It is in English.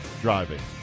driving